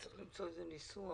צריך למצוא איזה ניסוח.